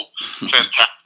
Fantastic